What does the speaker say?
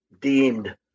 deemed